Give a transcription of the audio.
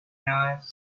eyes